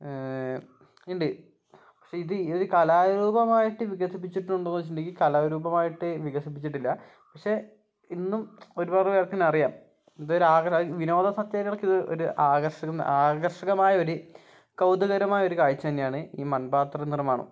ഉണ്ട് പക്ഷേ ഇത് ഒര് കലാരൂപമായിട്ട് വികസിപ്പിച്ചിട്ടുണ്ടോന്ന് ചോദിച്ചിട്ടുണ്ടെങ്കിൽ കലാരൂപമായിട്ട് വികസിപ്പിച്ചിട്ടില്ല പക്ഷെ ഇന്നും ഒരുപാട് പേർക്കിന്നറിയാം ഇത് ഒരു ആകർഷണം വിനോദ സഞ്ചാരികൾക്ക് ഒരു ആകർഷ ആകർഷകമായ ഒര് കൗതുകകരമായ ഒരു കാഴ്ച തന്നെയാണ് ഈ മൺപാത്ര നിർമ്മാണം